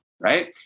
right